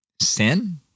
Sin